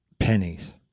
pennies